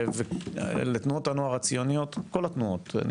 וכל תנועות הנוער הציוניות יש